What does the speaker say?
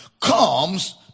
comes